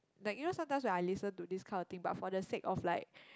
like you know sometimes when I listen to this kind of thing but for the sake of like